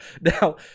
Now